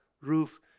roof